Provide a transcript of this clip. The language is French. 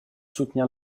soutenir